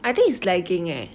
I think is lagging eh